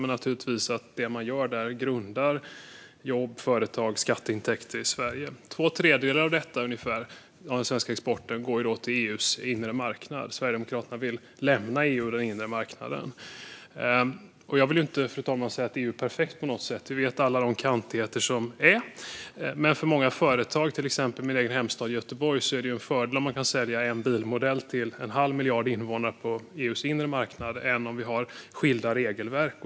Det man gör där grundar naturligtvis jobb, företag och skatteintäkter i Sverige. Två tredjedelar av den svenska exporten går till EU:s inre marknad. Sverigedemokraterna vill lämna EU och den inre marknaden. Jag vill inte säga att EU är perfekt på något sätt, fru talman - vi känner alla till de kantigheter som finns - men för många företag i till exempel min egen hemstad Göteborg är det ju en fördel om man kan sälja en bilmodell till en halv miljard invånare på EU:s inre marknad än om vi har skilda regelverk.